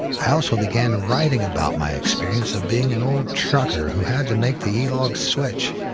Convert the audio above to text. i also began writing about my experience of being an old trucker who had to make the e-log switch.